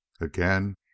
again